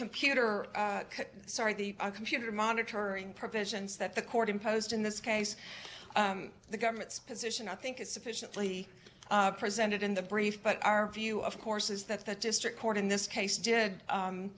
computer sorry the computer monitoring provisions that the court imposed in this case the government's position i think is sufficiently presented in the brief but our view of course is that the district court in this case did